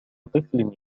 طفل